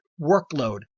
workload